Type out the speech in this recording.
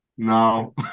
No